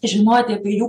žinoti apie jų